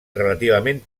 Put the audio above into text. relativament